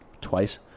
twice